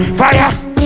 fire